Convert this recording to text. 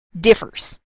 differs